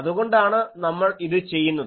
അതുകൊണ്ടാണ് നമ്മൾ ഇത് ചെയ്യുന്നത്